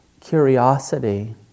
curiosity